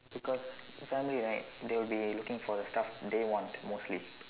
because family right they'll be looking for the stuff they want mostly